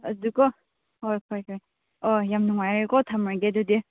ꯑꯗꯨꯀꯣ ꯍꯣꯏ ꯍꯣꯏ ꯍꯣꯏ ꯑꯣ ꯌꯥꯝ ꯅꯨꯡꯉꯥꯏꯔꯦꯀꯣ ꯊꯝꯂꯒꯦ ꯑꯗꯨꯗꯤ